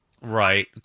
Right